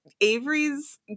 avery's